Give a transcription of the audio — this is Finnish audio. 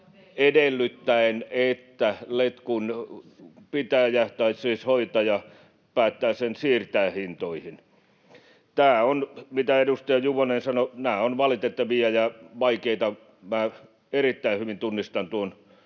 edellyttäen, että letkun hoitaja päättää sen siirtää hintoihin. Nämä ovat, mitä edustaja Juvonen sanoi, valitettavia ja vaikeita tapauksia. Minä erittäin hyvin tunnistan tuon